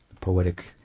poetic